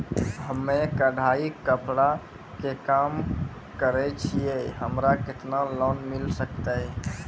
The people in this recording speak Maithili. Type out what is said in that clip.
हम्मे कढ़ाई कपड़ा के काम करे छियै, हमरा केतना लोन मिले सकते?